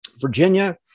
Virginia